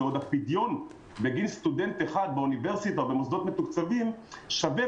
בעוד הפדיון בגין סטודנט אחד באוניברסיטה במוסדות מתוקצבים שווה